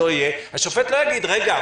השופט לא יגיד: רגע,